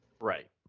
Right